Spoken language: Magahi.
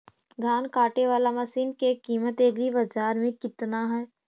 धान काटे बाला मशिन के किमत एग्रीबाजार मे कितना है?